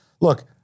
Look